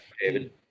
David